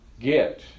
get